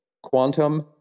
Quantum